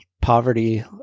poverty